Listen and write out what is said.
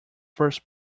first